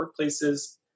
workplaces